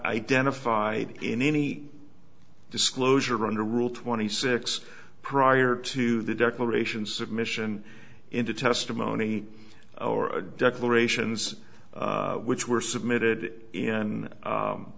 identified in any disclosure under rule twenty six prior to the declaration submission into testimony or declarations which were submitted in